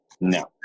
No